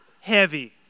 heavy